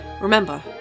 Remember